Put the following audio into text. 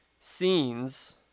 scenes